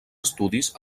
estudis